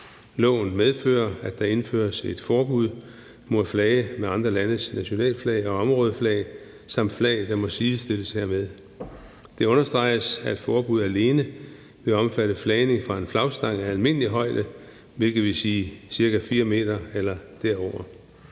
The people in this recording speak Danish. Loven medfører, at der indføres et forbud mod at flage med andre landes nationalflag og områdeflag samt flag, der må sidestilles hermed. Det understreges, at forbuddet alene bør omfatte flagning fra en flagstang af almindelig højde, hvilket vil sige ca. 4 m eller derover.